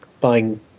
buying